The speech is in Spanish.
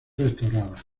restaurada